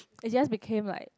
it just became like